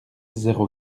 zéro